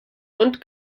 und